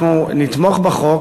אנחנו נתמוך בחוק,